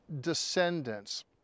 descendants